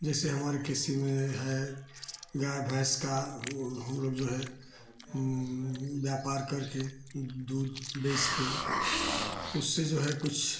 जैसे हमारे कृषि में है गाय भैंस का जो है व्यापार करके दूध बेच कर उससे जो है कुछ